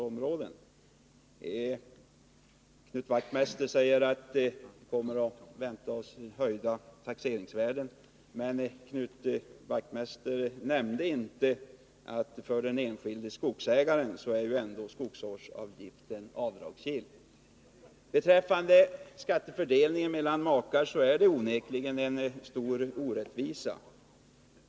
Knut Wachtmeister säger att vi får vänta oss en höjning av taxeringsvärdena, men han nämnde inte att skogsvårdsavgiften ändå är avdragsgill för den enskilde skogsägaren. Skattefördelningen när det gäller makar är onekligen mycket orättvis.